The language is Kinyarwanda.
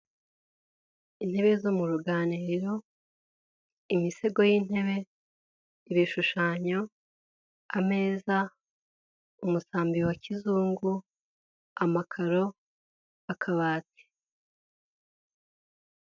Intebe zo mu ruganiriro, imisego y'intebe, ibishushanyo, ameza, umusambi wa kizungu, amakaro, akabati.